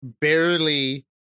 barely